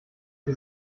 wie